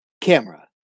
camera